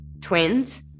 twins